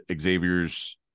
Xavier's